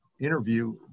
interview